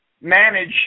manage